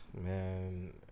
Man